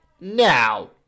now